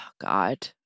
God